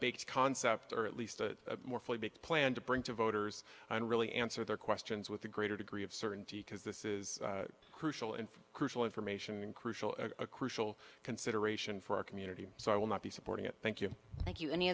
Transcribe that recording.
baked concept or at least a more fully baked plan to bring to voters and really answer their questions with a greater degree of certainty because this is a crucial and crucial information crucial a crucial consideration for our community so i will not be supporting it thank you thank you any